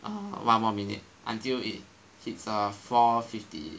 one more minute until it hits uh four fifty